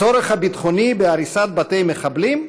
הצורך הביטחוני בהריסת בתי מחבלים?